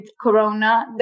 corona